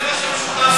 זה מה שמשותף לכם,